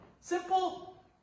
simple